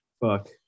Fuck